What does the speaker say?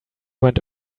went